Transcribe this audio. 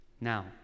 now